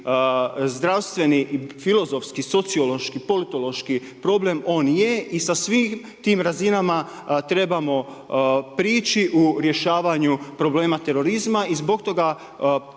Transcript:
zdravstveni, filozofski, sociološki, politološki problem, on je i sa svim tim razinama trebamo prići u rješavanju problema terorizama, i zbog toga